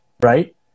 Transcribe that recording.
right